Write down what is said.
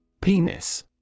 Penis